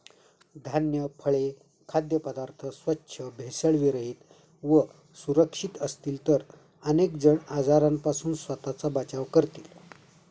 धान्य, फळे, खाद्यपदार्थ स्वच्छ, भेसळविरहित व सुरक्षित असतील तर अनेक जण आजारांपासून स्वतःचा बचाव करतील